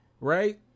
right